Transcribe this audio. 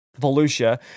Volusia